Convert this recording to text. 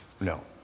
no